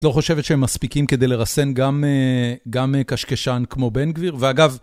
לא חושבת שהם מספיקים כדי לרסן גם קשקשן כמו בן גביר. ואגב...